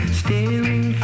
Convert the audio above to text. staring